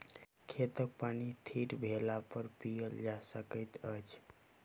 खेतक पानि थीर भेलापर पीयल जा सकैत अछि